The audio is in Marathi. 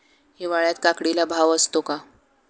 हिवाळ्यात काकडीला भाव असतो का?